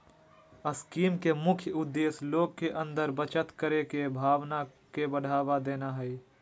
scheme के मुख्य उद्देश्य लोग के अंदर बचत करे के भावना के बढ़ावा देना हइ